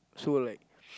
so like